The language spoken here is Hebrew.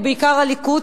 ובעיקר הליכוד,